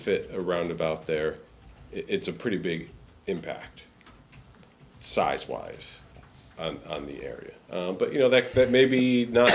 fit a round about there it's a pretty big impact size wise in the area but you know that but maybe not